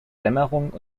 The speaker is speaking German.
dämmerung